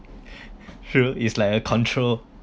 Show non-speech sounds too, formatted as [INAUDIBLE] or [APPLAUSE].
[LAUGHS] sure is like a control